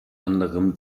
anderem